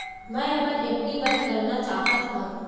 मै अपन एफ.डी बंद करना चाहात हव